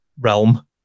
realm